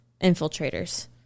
infiltrators